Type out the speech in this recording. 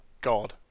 God